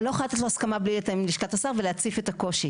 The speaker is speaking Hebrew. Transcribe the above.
אני לא יכולה לתת הסכמה בלי לתאם עם לשכת השר ולהציף את הקושי.